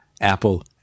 Apple